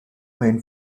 main